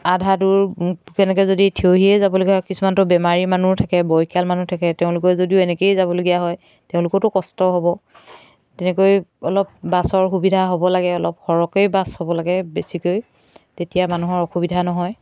আধা দূৰ তেনেকৈ যদি থিয় হৈয়ে যাবলগীয়া হয় কিছুমানতো বেমাৰী মানুহ থাকে বয়সীয়াল মানুহ থাকে তেওঁলোকেও যদি এনেকেই যাবলগীয়া হয় তেওঁলোকৰতো কষ্ট হ'ব তেনেকৈ অলপ বাছৰ সুবিধা হ'ব লাগে অলপ সৰহকেই বাছ হ'ব লাগে বেছিকৈ তেতিয়া মানুহৰ অসুবিধা নহয়